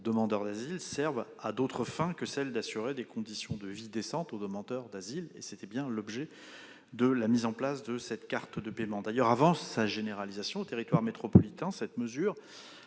pour demandeur d'asile serve à d'autres fins que celles d'assurer des conditions de vie décentes aux demandeurs d'asile. C'était bien l'objet de cette carte de paiement lorsqu'elle a été mise en place. D'ailleurs, avant sa généralisation au territoire métropolitain, cette mesure